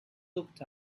looked